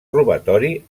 robatori